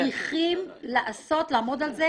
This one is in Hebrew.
אנחנו צריכים לעמוד על זה.